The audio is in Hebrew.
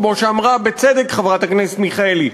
כמו שאמרה בצדק חברת הכנסת מיכאלי,